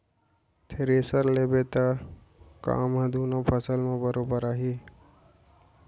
thresher लेबे त काम ह दुनों फसल म बरोबर आही